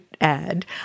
ad